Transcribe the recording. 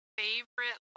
favorite